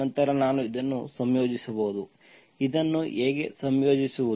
ನಂತರ ನಾನು ಇದನ್ನು ಸಂಯೋಜಿಸಬಹುದು ಇದನ್ನು ಹೇಗೆ ಸಂಯೋಜಿಸುವುದು